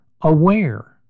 aware